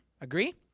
Agree